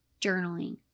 journaling